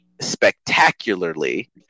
spectacularly